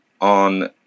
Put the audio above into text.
on